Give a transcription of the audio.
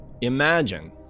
Imagine